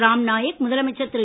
ராம்நாயக் முதலமைச்சர் திரு